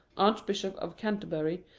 archbishop of canterbury,